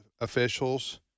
officials